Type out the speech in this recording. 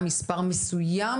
כי היה מספר מסוים?